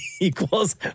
equals